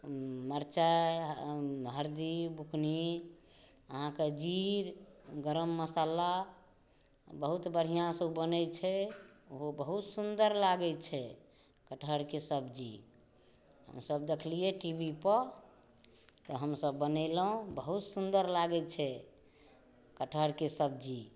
मरचाइ हरदी बुकनी अहाँकेॅं जीर गरम मसाला बहुत बढ़िऑंसँ बनै छै ओ बहुत सुन्दर लागै छै कटहरके सब्जी हमसब देखलियै टीवी पर तऽ हमसब बनेलहुॅं बहुत सुन्दर लागै छै कटहरके सब्जी